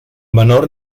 menor